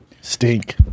stink